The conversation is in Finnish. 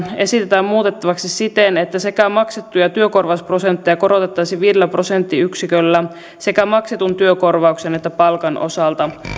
esitetään muutettavaksi siten että maksettuja työkorvausprosentteja korotettaisiin viidellä prosenttiyksiköllä sekä maksetun työkorvauksen että palkan osalta